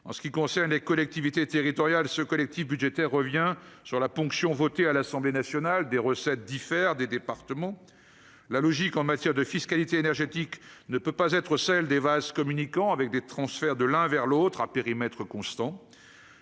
En ce qui concerne les collectivités territoriales, le collectif budgétaire revient sur la ponction, votée à l'Assemblée nationale, des recettes d'Ifer des départements. La logique en matière de fiscalité énergétique ne peut pas être celle des vases communicants, avec des transferts de l'un vers l'autre à périmètre constant.